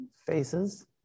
faces